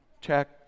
Check